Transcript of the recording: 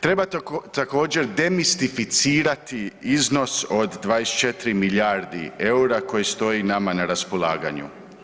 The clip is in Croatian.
Treba također demistificirati iznos od 24 milijardi eura koji stoji nama na raspolaganju.